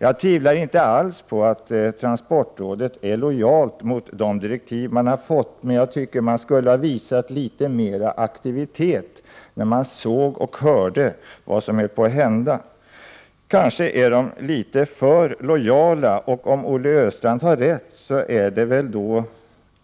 Jag tvivlar inte alls på att man inom transportrådet är lojal mot de direktiv man har fått, men man skulle ha visat litet större aktivitet då man såg och hörde vad som höll på att hända. Kanske är ledamöterna litet för lojala. Om Olle Östrand har rätt är det väl